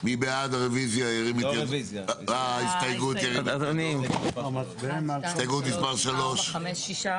מי בעד ההסתייגות מספר 3 שירים את ידו.